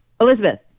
Elizabeth